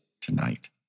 tonight